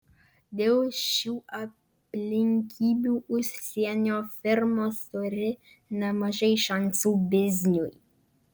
dėl šių aplinkybių užsienio firmos turi nemažai šansų bizniui